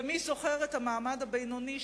ומי זוכר את המעמד הבינוני,